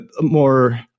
more